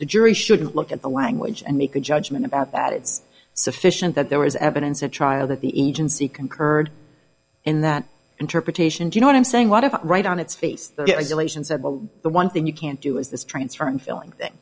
the jury shouldn't look at the language and make a judgment about that it's sufficient that there is evidence at trial that the agency concurred in that interpretation you know what i'm saying what if right on its face and said well the one thing you can't do is this transferring feeling